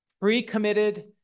pre-committed